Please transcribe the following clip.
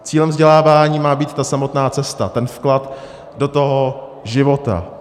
Cílem vzděláváním má být ta samotná cesta, vklad do života.